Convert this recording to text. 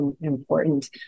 important